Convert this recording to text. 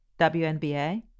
WNBA